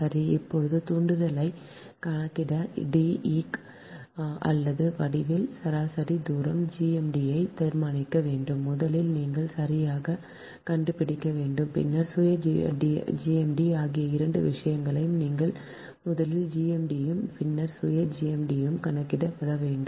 சரி இப்போது தூண்டலைக் கணக்கிட D eq அல்லது வடிவியல் சராசரி தூரம் GMD ஐத் தீர்மானிக்க வேண்டும் முதலில் நீங்கள் சரியாகக் கண்டுபிடிக்க வேண்டும் பின்னர் சுய GMD ஆகிய இரண்டு விஷயங்களையும் நீங்கள் முதலில் GMD யும் பின்னர் சுய GMD யும் கண்டுபிடிக்க வேண்டும்